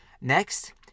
Next